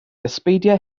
ysbeidiau